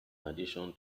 addition